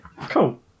Cool